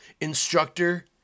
instructor